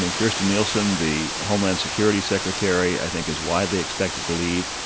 and kirstjen nielsen, the homeland security secretary, i think, is widely expected to leave.